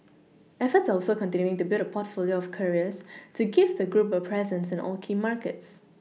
efforts are also continuing to build a portfolio of carriers to give the group a presence in all key markets